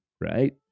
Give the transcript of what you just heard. Right